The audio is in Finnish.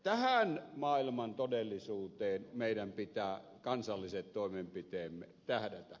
tähän maailman todellisuuteen meidän pitää kansalliset toimenpiteemme tähdätä